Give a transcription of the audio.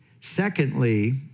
Secondly